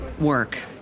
work